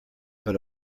but